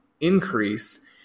increase